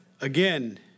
again